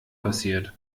passiert